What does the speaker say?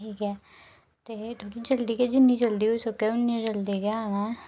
ठीक ऐ ते जि'न्नी जल्दी होई सकै उ'न्नी जल्दी गै आना ऐ